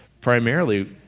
primarily